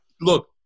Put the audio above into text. look